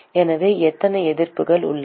எனவே எத்தனை எதிர்ப்புகள் உள்ளன